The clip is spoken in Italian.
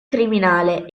criminale